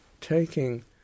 taking